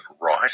right